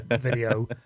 video